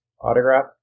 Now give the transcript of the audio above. autograph